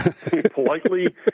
politely